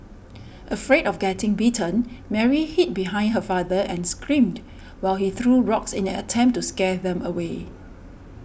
afraid of getting bitten Mary hid behind her father and screamed while he threw rocks in an attempt to scare them away